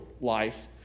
life